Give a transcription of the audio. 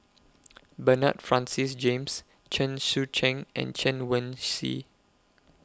Bernard Francis James Chen Sucheng and Chen Wen Hsi